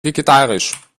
vegetarisch